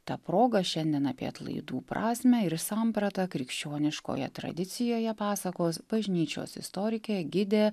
ta proga šiandien apie atlaidų prasmę ir sampratą krikščioniškoje tradicijoje pasakos bažnyčios istorikė gidė